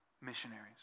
missionaries